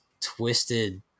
twisted